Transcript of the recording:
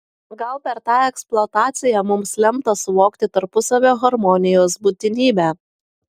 gal per tą eksploataciją mums lemta suvokti tarpusavio harmonijos būtinybę